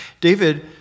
David